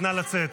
נא לצאת.